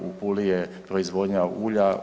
U Puli je proizvodnja ulja.